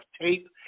tape